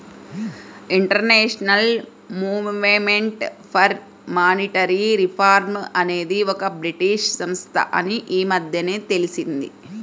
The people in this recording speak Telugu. international movement for monetary reform అనేది ఒక బ్రిటీష్ సంస్థ అని ఈ మధ్యనే తెలిసింది